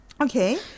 Okay